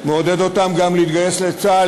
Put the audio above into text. מעודד אותם גם להתגייס לצה"ל,